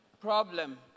problem